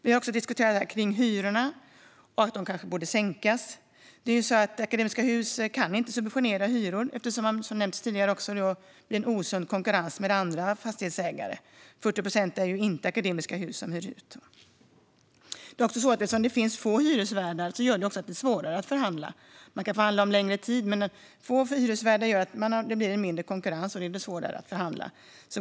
Vi har också diskuterat hyrorna och att de kanske borde sänkas. Akademiska Hus kan inte subventionera hyror, eftersom det skulle ge en osund konkurrens jämfört med andra fastighetsägare. Det är 40 procent som inte hyrs ut av Akademiska Hus. Eftersom det finns få hyresvärdar är det också svårare att förhandla. Man kan förhandla om längre tid. Men på grund av att det är få hyresvärdar blir det mindre konkurrens, och det blir svårare att förhandla.